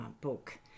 book